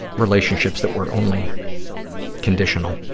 relationships that were only conditional.